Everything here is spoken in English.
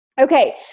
Okay